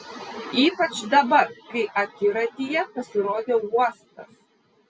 ypač dabar kai akiratyje pasirodė uostas